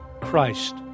Christ